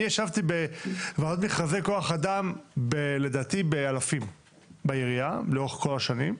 אני לדעתי ישבתי באלפי ועדות מכרזי כוח אדם בעירייה לאורך כל השנים,